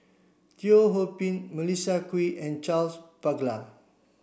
Teo Ho Pin Melissa Kwee and Charles Paglar